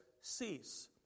cease